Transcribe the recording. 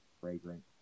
fragrant